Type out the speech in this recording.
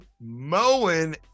mowing